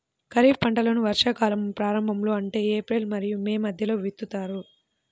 ఖరీఫ్ పంటలను వర్షాకాలం ప్రారంభంలో అంటే ఏప్రిల్ మరియు మే మధ్యలో విత్తుతారు